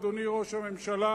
אדוני ראש הממשלה.